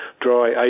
dry